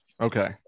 Okay